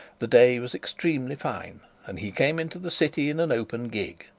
the day was extremely fine, and he came into the city in an open gig.